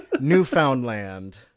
Newfoundland